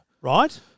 Right